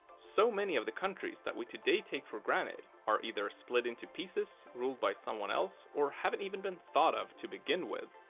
so many of the countries that we today take for granted, are either split into pieces, ruled by someone else, or haven't even been thought of to begin with!